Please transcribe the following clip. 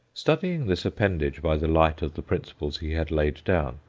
studying this appendage by the light of the principles he had laid down,